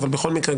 בכל מקרה,